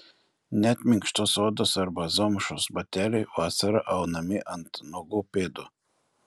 net minkštos odos arba zomšos bateliai vasarą aunami ant nuogų pėdų